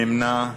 נמנעים,